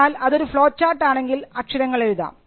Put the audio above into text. എന്നാൽ അതൊരു ഫ്ലോചാർട്ട് ആണെങ്കിൽ അക്ഷരങ്ങൾ എഴുതാം